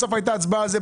בסוף הייתה הצבעה על זה.